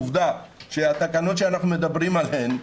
עובדה שהתקנות שאנחנו מדברים עליהן,